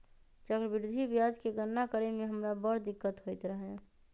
चक्रवृद्धि ब्याज के गणना करे में हमरा बड़ दिक्कत होइत रहै